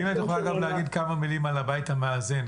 ואם את יכולה גם להגיד כמה מילים על הבית המאזן,